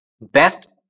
best